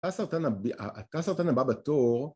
תא הסרטן... תא הסרטן הבא בתור